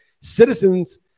citizens